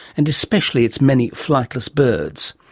and especially its many flightless birds.